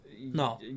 No